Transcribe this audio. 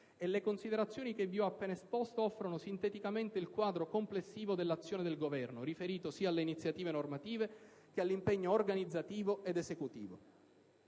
Le considerazioni che vi ho appena esposto offrono sinteticamente il quadro complessivo dell'azione del Governo, riferito sia alle iniziative normative che all'impegno organizzativo e esecutivo.